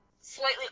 slightly